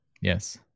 Yes